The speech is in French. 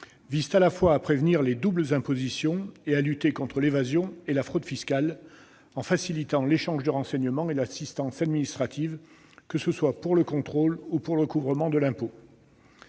vise à la fois à prévenir les doubles impositions et à lutter contre l'évasion et la fraude fiscales, en facilitant l'échange de renseignements et l'assistance administrative, que ce soit pour le contrôle ou pour le recouvrement de l'impôt.